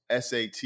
SAT